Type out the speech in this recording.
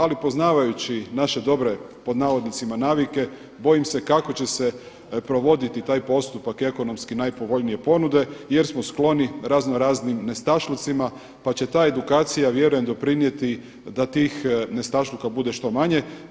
Ali poznavajući naše dobre pod navodnicima navike, bojim se kako će se provoditi taj postupak, ekonomski najpovoljnije ponude jer smo skloni razno raznim nestašlucima pa će ta edukacija vjerujem doprinijeti da tih nestašluka bude što manje.